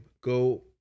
go